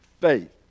faith